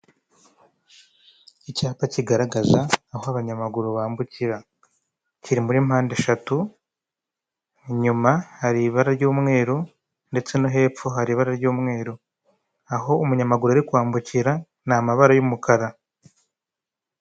Icyapa kigaragaza aho abanyamaguru bambukira, kiri muri mpande eshatu, inyuma hari ibara ry'umweru, ndetse no hepfo hari ibara ry'umweru. Aho umunyamaguru ari kwambukira ni amabara y'umukara.